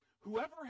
whoever